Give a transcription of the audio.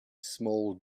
small